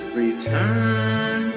return